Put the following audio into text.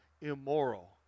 immoral